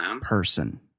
person